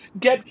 get